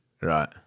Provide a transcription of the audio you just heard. Right